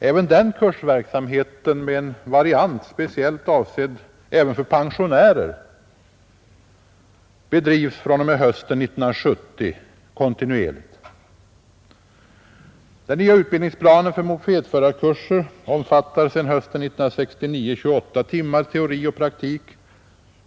Även den kursverksamheten, med en variant speciellt avsedd för pensionärer, bedrivs fr.o.m. hösten 1970 kontinuerligt. Sedan hösten 1969 omfattar den nya utbildningsplanen för mopedförare 28 timmar teori och praktik.